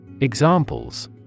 Examples